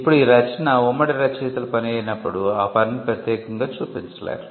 ఇప్పుడు ఈ రచన ఉమ్మడి రచయితల పని అయినప్పుడు ఆ పనిని ప్రత్యేకంగా చూపించలేరు